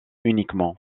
uniquement